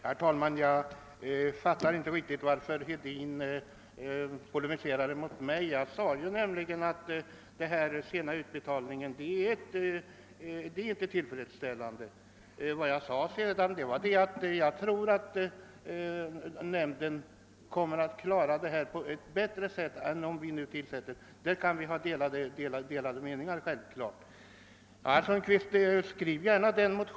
Herr talman! Jag förstår inte riktigt varför herr Hedin polemiserar mot mig. Jag sade ju att det inte är tillfredsställande med den sena utbetalningen. Vad jag därefter sade var att jag tror att nämnden kommer att klara detta bättre än en särskild utredning. Om den saken kan vi givetvis ha olika uppfattning. Skriv gärna den där motionen, herr Sundkvist!